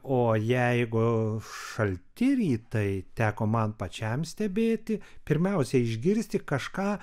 o jeigu šalti rytai teko man pačiam stebėti pirmiausia išgirsti kažką